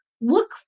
look